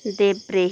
देब्रे